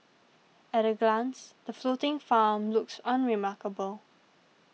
at a glance the floating farm looks unremarkable